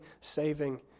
saving